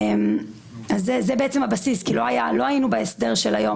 זה הבסיס כי לא היינו בהסדר של היום